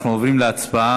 אנחנו עוברים להצבעה.